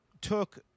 took